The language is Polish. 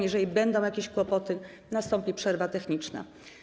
Jeżeli będą jakieś kłopoty, nastąpi przerwa techniczna.